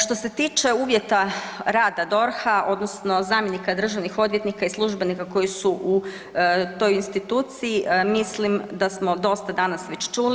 Što se tiče uvjeta rada DORH-a, odnosno zamjenika državnih odvjetnika i službenika koji su u toj instituciji, mislim da smo dosta danas već čuli.